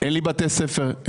אין לי בתי ספר,